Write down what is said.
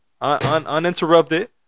uninterrupted